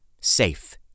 safe